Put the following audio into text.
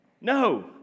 No